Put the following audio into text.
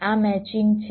આ મેચિંગ છે